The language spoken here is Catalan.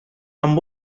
amb